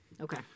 Okay